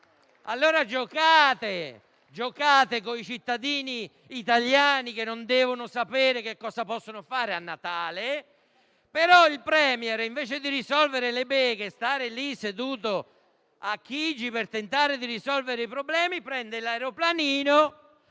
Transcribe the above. Allora giocate con i cittadini italiani, che non devono sapere cosa possono fare a Natale, però il *Premier*, invece di risolvere le beghe e di stare seduto a Palazzo Chigi per tentare di risolvere i problemi, prende l'aeroplanino